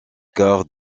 quart